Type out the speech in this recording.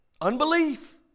Unbelief